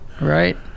right